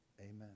amen